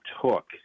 took